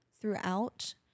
throughout